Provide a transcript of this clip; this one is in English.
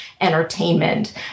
entertainment